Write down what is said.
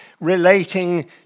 relating